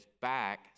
back